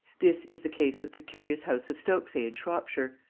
this is the case with the curious house of stoke say in shropshire,